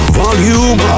volume